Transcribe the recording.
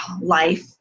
life